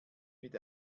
mit